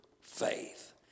faith